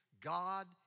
God